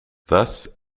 thus